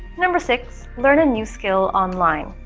number six learn a new skill online.